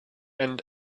and